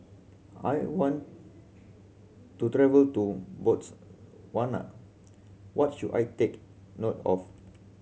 I want to travel to Botswana what should I take note of